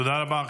תודה רבה.